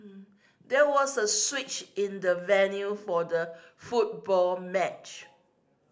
there was a switch in the venue for the football match